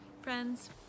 Friends